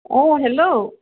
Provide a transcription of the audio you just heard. অঁ হেল্ল'